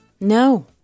No